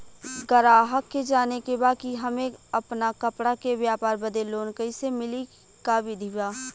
गराहक के जाने के बा कि हमे अपना कपड़ा के व्यापार बदे लोन कैसे मिली का विधि बा?